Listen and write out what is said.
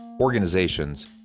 Organizations